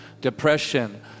Depression